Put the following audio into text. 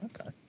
Okay